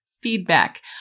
feedback